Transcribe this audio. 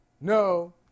no